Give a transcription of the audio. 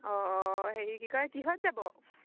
অঁ অঁ হেৰি কি কয় কিহত যাব